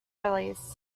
release